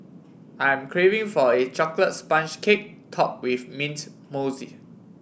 I am craving for a chocolate sponge cake topped with mint mousse